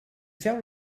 feu